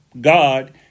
God